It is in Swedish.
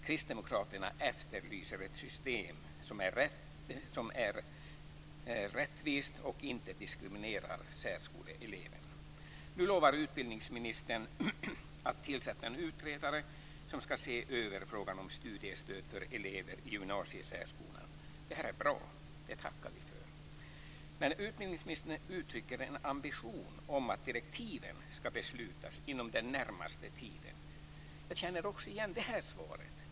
Kristdemokraterna efterlyser ett system som är rättvist och inte diskriminerar särskoleeleverna. Nu lovar utbildningsministern att tillsätta en utredare som ska se över frågan om studiestöd för elever i gymnasiesärskolan. Det är bra. Det tackar vi för. Men utbildningsministern uttrycker också en ambition om att direktiven ska beslutas "inom den närmaste tiden". Jag känner igen också det svaret.